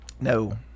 No